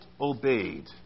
obeyed